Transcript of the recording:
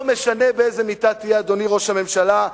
לא משנה באיזו מיטה תהיה, אדוני ראש הממשלה,